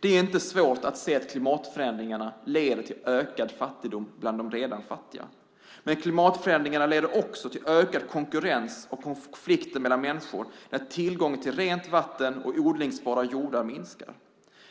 Det är inte svårt att se att klimatförändringarna leder till ökad fattigdom bland de redan fattiga, men klimatförändringarna leder också till ökad konkurrens och konflikter mellan människor när tillgången till rent vatten och odlingsbara jordar minskar.